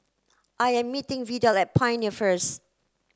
I am meeting Vidal at Pioneer first